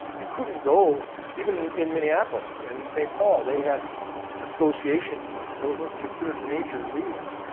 you couldn't go even in minneapolis and st. paul they had association teams, those weren't considered major league.